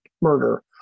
murder